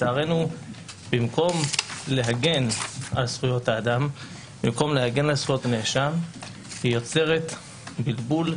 לצערנו במקום להגן על הזכויות של האדם ואלה של הנאשם היא יוצרת בלבול.